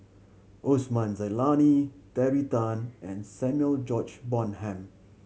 Osman Zailani Terry Tan and Samuel George Bonham